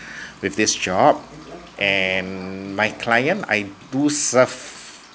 with this job and my client I do serve